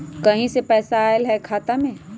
कहीं से पैसा आएल हैं खाता में?